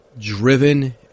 driven